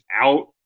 out